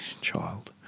child